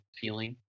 feeling